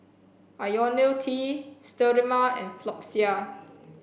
Ionil T Sterimar and Floxia